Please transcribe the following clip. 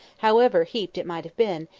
however heaped it might have been,